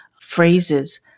phrases